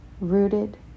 rooted